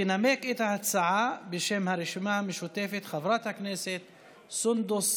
תנמק את ההצעה בשם הרשימה המשותפת חברת הכנסת סונדוס סאלח.